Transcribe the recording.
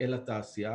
אל התעשייה.